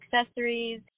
accessories